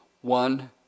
one